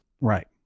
Right